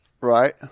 Right